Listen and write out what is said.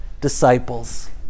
disciples